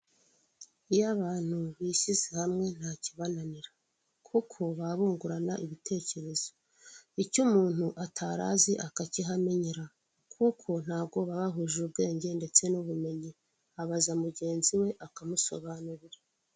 Iyo abantu bishyize hamwe nta kibananira kuko baba bungurana ibitekerezo, icyo umuntu atari azi akakihamenyera kuko ntabwo bahuje ubwenge ndetse n'ubumenyi, abaza mugenzi we akamusobanurira.